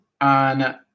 on